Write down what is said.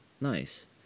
Nice